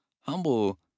humble